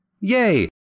Yay